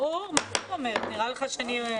הישיבה ננעלה בשעה